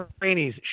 trainees